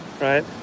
Right